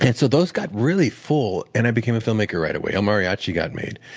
and so those got really full, and i became a filmmaker right away. el mariachi got made.